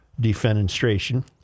defenestration